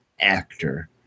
actor